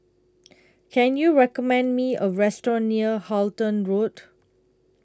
Can YOU recommend Me A Restaurant near Halton Road